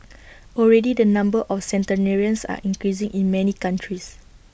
already the number of centenarians are increasing in many countries